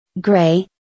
Gray